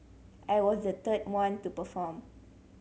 I was the third one to perform